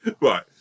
Right